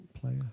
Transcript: player